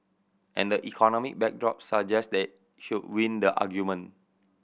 and the economic backdrop suggest they should win the argument